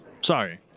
Sorry